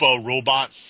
robots